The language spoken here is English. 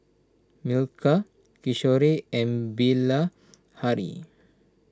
Milkha Kishore and Bilahari